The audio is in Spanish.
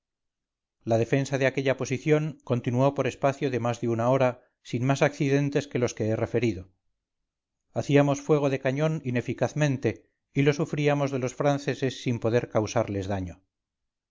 la defensa de aquella posición continuópor espacio de más de una hora sin más accidentes que los que he referido hacíamos fuego de cañón ineficazmente y lo sufríamos de los franceses sin poder causarles daño